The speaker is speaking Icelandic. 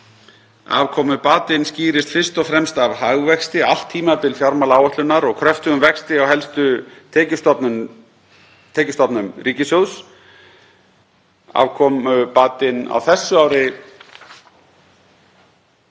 Afkomubatinn skýrist fyrst og fremst af hagvexti allt tímabil fjármálaáætlunar og kröftugum vexti á helstu tekjustofnum ríkissjóðs. Afkomubatinn á þessu ári